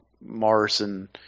Morrison